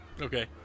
Okay